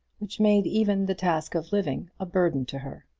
which made even the task of living a burden to her.